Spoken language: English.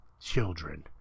children